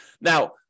Now